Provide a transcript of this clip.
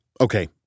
okay